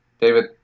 David